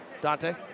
Dante